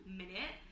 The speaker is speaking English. minute